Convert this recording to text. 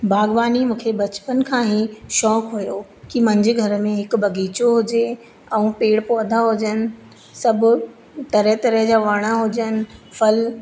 बाग़बानी मूंखे बचपन खां ई शौक़ु हुयो की मुंहिंजे घर में हिकु बग़ीचो हुजे ऐं पेड़ पौधा हुजनि सभु तरह तरह जा वण हुजनि फल